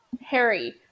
Harry